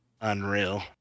unreal